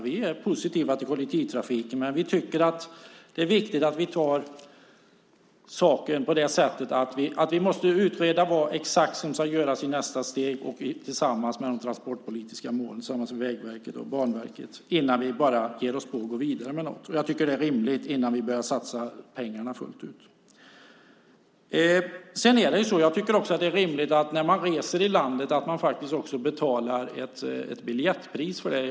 Vi är positiva till kollektivtrafiken, men vi tycker att det är viktigt att man utreder exakt vad som ska göras i nästa steg när det gäller de transportpolitiska målen. Det måste vi göra tillsammans med Vägverket och Banverket innan vi ger oss på att gå vidare med något. Jag tycker att det är rimligt att göra det innan vi börjar satsa pengarna fullt ut. Jag tycker också att det är rimligt att man betalar ett biljettpris när man reser i landet.